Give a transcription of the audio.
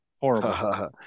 horrible